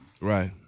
Right